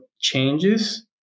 changes